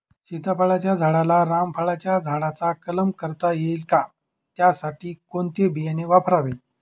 सीताफळाच्या झाडाला रामफळाच्या झाडाचा कलम करता येईल का, त्यासाठी कोणते बियाणे वापरावे?